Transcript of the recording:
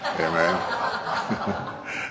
Amen